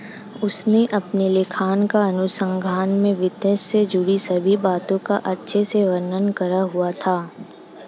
उसने अपने लेखांकन अनुसंधान में वित्त से जुड़ी सभी बातों का अच्छे से वर्णन करा हुआ था